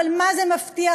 אבל מה זה מפתיע,